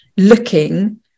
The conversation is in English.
looking